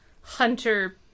hunter